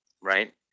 right